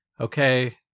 okay